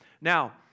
Now